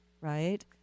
right